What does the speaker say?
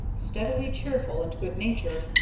steadily cheerful and good-natured,